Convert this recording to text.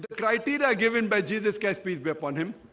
criteria given by jesus christ peace be upon him